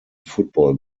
football